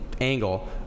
angle